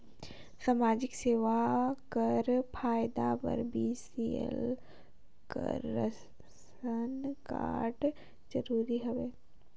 समाजिक योजना कर फायदा बर बी.पी.एल कर राशन कारड जरूरी हवे?